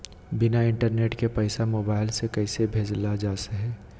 बिना इंटरनेट के पैसा मोबाइल से कैसे भेजल जा है?